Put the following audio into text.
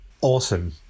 Awesome